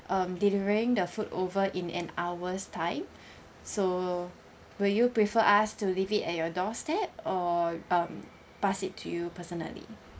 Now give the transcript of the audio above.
um delivering the food over in an hour's time so will you prefer us to leave it at your doorstep or um pass it to you personally